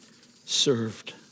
served